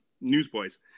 Newsboys